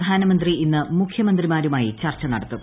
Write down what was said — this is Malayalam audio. പ്രധാനമന്ത്രി ഇന്ന് മുഖ്യമന്ത്രിമാരുമായി ചർച്ച നടത്തും